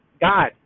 God